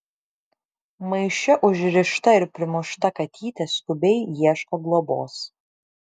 maiše užrišta ir primušta katytė skubiai ieško globos